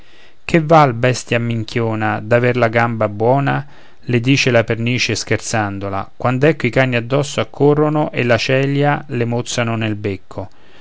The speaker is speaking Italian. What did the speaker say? che val bestia minchiona d'aver la gamba buona le dice la pernice scherzandola quand'ecco i cani addosso accorrono e la celia le mozzano nel becco